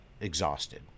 exhausted